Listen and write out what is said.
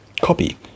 copy